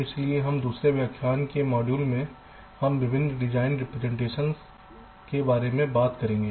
इसलिए इस दूसरे व्याख्यान के मॉड्यूल में हम विभिन्न डिजाइन रेप्रेसेंटेशन्स के बारे में बात करेंगे